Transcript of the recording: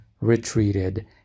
retreated